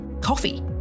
Coffee